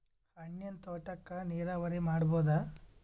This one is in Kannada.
ಹಣ್ಣಿನ್ ತೋಟಕ್ಕ ನೀರಾವರಿ ಮಾಡಬೋದ?